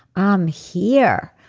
i'm here.